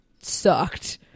sucked